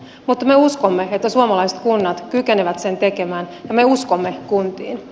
mutta me uskomme että suomalaiset kunnat kykenevät sen tekemään ja me uskomme kuntiin